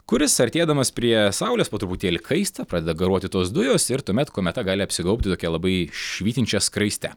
kuris artėdamas prie saulės po truputėlį kaista pradeda garuoti tos dujos ir tuomet kometa gali apsigaubti tokia labai švytinčia skraiste